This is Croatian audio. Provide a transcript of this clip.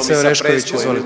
se ne čuje./...